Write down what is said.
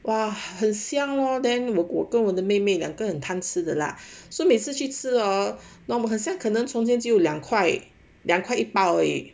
啊很香 lor then 我跟我的妹妹两个很贪吃的啦 so 每次去吃哦那么很像可能从前只有两块两块一包而已